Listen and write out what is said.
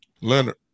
Leonard